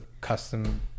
custom